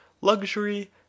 luxury